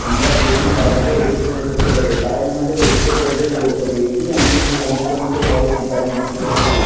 আমরা যেকোনো বাধাকেই অতিক্রম করতে পারবো তাই আমাদের ঐক্যবদ্ধ হয়ে লড়তে হবে এইটিই আমাকে খুব অনুপ্রাণিত করে সিপাহি বিদ্রোহ থেকে